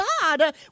God